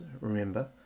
remember